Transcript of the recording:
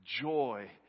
joy